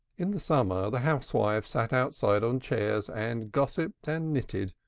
in the summer, the housewives sat outside on chairs and gossiped and knitted,